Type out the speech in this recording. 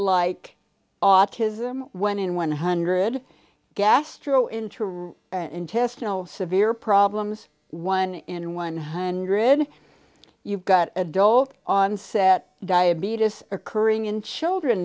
like autism when in one hundred gastro into an intestinal severe problems one in one hundred you've got adult onset diabetes occurring in children